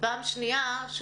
ופעם שנייה,